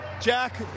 Jack